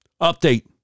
update